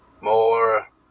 more